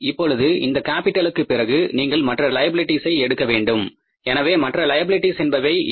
இப்பொழுது இந்த கேபிடலுக்கு பிறகு நீங்கள் மற்ற லைபிலிட்டிஸ் ஐ எடுக்க வேண்டும் எனவே மற்ற லைபிலிட்டிஸ் என்பவை எவை